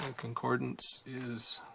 and concordance is